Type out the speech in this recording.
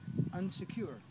unsecure